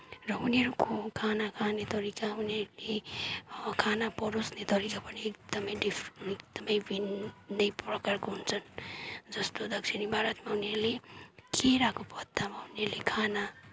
र उनीहरूको खाना खाने तरिका उनीहरूले खाना परोसने तरिका पनि एकदमै डिफरेन्ट एकदमै भिन्दै प्रकारको हुन्छ जस्तो दक्षिणी भारतमा उनीहरूले केराको पत्तामा उनीहरूले खाना